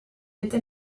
était